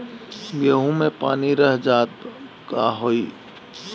गेंहू मे पानी रह जाई त का होई?